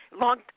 long